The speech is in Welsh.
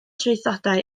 traethodau